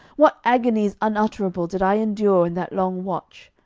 what agonies unutterable did i endure in that long watch!